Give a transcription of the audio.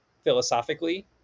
philosophically